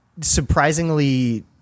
surprisingly